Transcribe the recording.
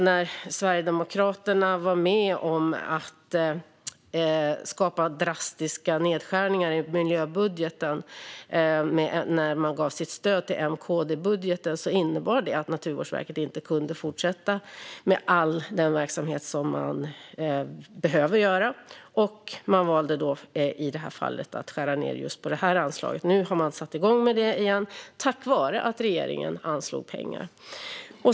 När Sverigedemokraterna var med om att skapa drastiska nedskärningar i miljöbudgeten genom att ge sitt stöd till M-KD-budgeten innebar det förstås att Naturvårdsverket inte kunde fortsätta med all den verksamhet man behöver göra. Man valde då i det här fallet att skära ned på just detta anslag. Nu har man satt i gång med det igen, tack vare att regeringen anslog pengar.